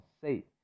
say